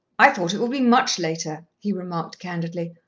i thought it would be much later, he remarked candidly.